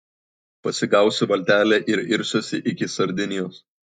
pasigausiu valtelę ir irsiuosi iki sardinijos